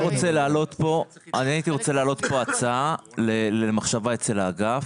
רוצה להעלות פה הצעה למחשבה אצל האגף: